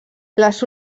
les